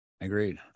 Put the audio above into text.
Agreed